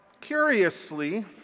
curiously